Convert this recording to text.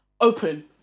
open